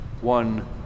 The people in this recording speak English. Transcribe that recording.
One